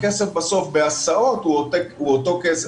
הכסף בסוף בהסעות הוא אותו כסף,